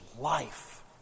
life